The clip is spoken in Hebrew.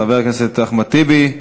חבר הכנסת אחמד טיבי,